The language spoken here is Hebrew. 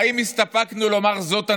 האם הסתפקנו בלומר: זאת הנחמה?